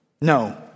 No